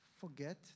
forget